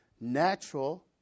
natural